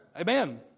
Amen